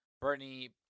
Bernie